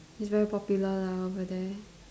it's very popular lah over there